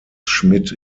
schmid